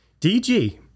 DG